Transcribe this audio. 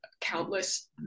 countless